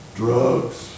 drugs